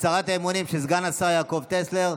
הצהרת האמונים של סגן השר יעקב טסלר,